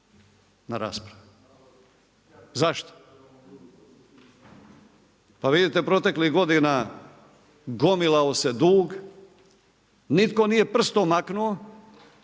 na raspravi. Zašto? Pa vidite proteklih godina gomilao se dug, nitko nije prstom maknuo